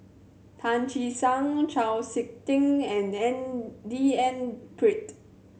Tan Che Sang Chau Sik Ting and N D N Pritt